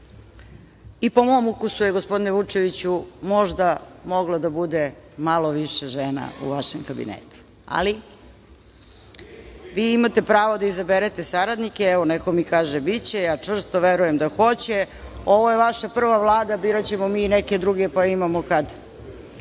i po mom ukusu je, gospodine Vučeviću, možda moglo da bude malo više žena u vašem kabinetu, ali vi imate pravo da izaberete saradnike. Evo, neko mi kaže - biće. Ja čvrsto verujem da hoće. Ovo je vaša prva Vlada, biraćemo mi i neke druge, pa imamo kad. Evo,